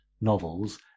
novels